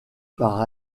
par